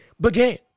began